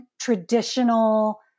traditional